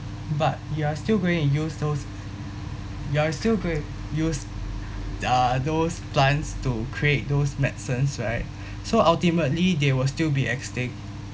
but we are still going to use those you are still going yous uh those plants to create those medicines right so ultimately they will be extinct